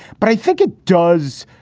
but i think it does.